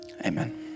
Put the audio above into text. Amen